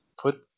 put